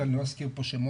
ואני לא אזכיר פה שמות,